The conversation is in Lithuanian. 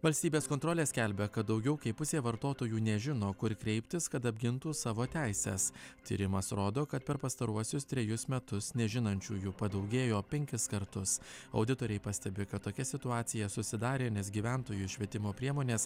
valstybės kontrolė skelbia kad daugiau kaip pusė vartotojų nežino kur kreiptis kad apgintų savo teises tyrimas rodo kad per pastaruosius trejus metus nežinančiųjų padaugėjo penkis kartus auditoriai pastebi kad tokia situacija susidarė nes gyventojų švietimo priemonės